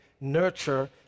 nurture